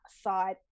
side